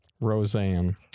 Roseanne